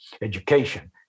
education